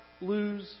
lose